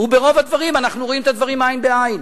וברוב הנושאים אנחנו רואים את הדברים עין בעין.